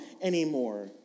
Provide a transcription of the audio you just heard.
anymore